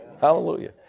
Hallelujah